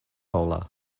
bowler